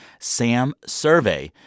samsurvey